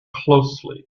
closely